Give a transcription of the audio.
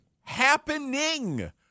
happening